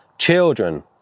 Children